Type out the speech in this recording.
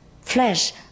flesh